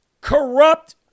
corrupt